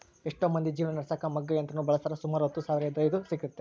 ಎಷ್ಟೊ ಮಂದಿ ಜೀವನ ನಡೆಸಕ ಮಗ್ಗ ಯಂತ್ರವನ್ನ ಬಳಸ್ತಾರ, ಸುಮಾರು ಹತ್ತು ಸಾವಿರವಿದ್ರ ಇದು ಸಿಗ್ತತೆ